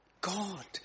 God